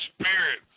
spirit